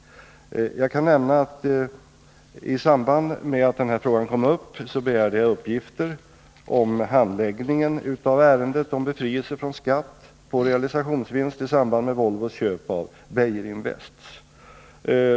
I samband med att denna fråga kom upp begärde jag uppgifter om handläggningen av ärendet om befrielse från skatt på realisationsvinst i samband med Volvos köp av Beijerinvest.